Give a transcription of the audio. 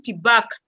back